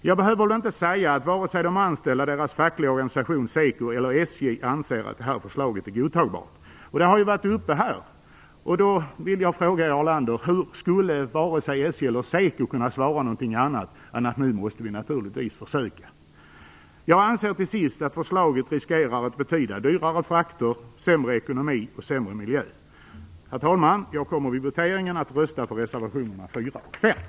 Jag behöver väl inte säga att varken de anställda, deras fackliga organisation SEKO eller SJ anser att förslaget är godtagbart. Det har tagits upp här. Jag skulle vilja fråga Jarl Lander hur SJ eller SEKO skulle kunna svara något annat än att man naturligtvis måste försöka. Jag anser till sist att förslaget riskerar att betyda dyrare frakter, sämre ekonomi och sämre miljö. Herr talman! Jag kommer vid voteringen att rösta för reservationerna 4 och 5.